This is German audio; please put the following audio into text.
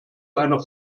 einer